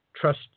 trust